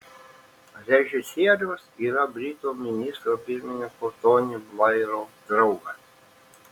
režisierius yra britų ministro pirmininko tony blairo draugas